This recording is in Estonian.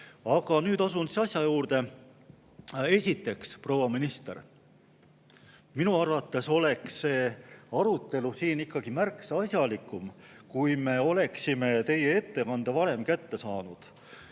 Aga nüüd asun asja juurde. Esiteks, proua minister, minu arvates oleks see arutelu siin ikkagi märksa asjalikum, kui me oleksime teie ettekande varem kätte saanud.